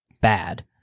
bad